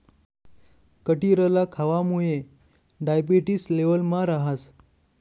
कटिरला खावामुये डायबेटिस लेवलमा रहास